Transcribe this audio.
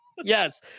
yes